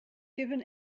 given